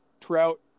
Trout